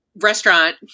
restaurant